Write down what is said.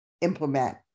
implement